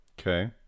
Okay